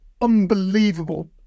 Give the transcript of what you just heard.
unbelievable